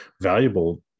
valuable